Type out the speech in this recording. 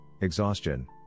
exhaustion